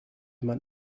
man